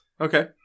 Okay